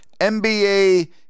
NBA